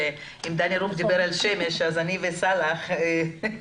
אם דני רופ דיבר על שמש אז אני וסאלח סונדוס,